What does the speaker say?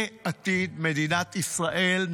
זה עתיד מדינת ישראל,